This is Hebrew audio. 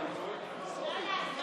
אני מבקש שלא למחוא כפיים במליאה.